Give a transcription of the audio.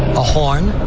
a horn?